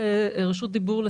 תהשמ"ד-1984,